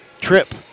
Trip